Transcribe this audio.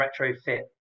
retrofit